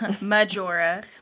Majora